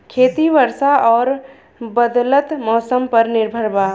खेती वर्षा और बदलत मौसम पर निर्भर बा